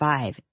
five